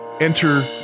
Enter